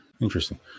Interesting